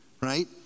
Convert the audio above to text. right